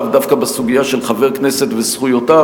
לאו דווקא בסוגיה של חבר כנסת וזכויותיו,